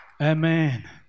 Amen